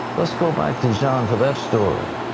let's go back to john for that story.